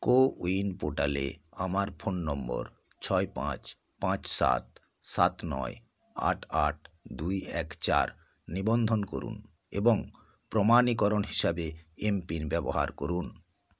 CoWIN পোর্টালে আমার phone number ছয় পাঁচ পাঁচ সাত সাত নয় আট আট দুই এক চার নিবন্ধন করুন এবং প্রমাণীকরণ হিসাবে এমপিন ব্যবহার করুন